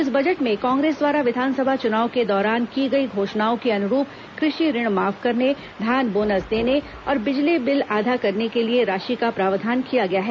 इस बजट में कांग्रेस द्वारा विधानसभा चुनाव के दौरान की गई घोषणाओं के अनुरूप कृषि ऋण माफ करने धान बोनस देने और बिजली बिल आधा करने के लिए राशि का प्रावधान किया गया है